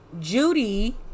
Judy